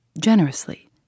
generously